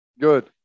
Good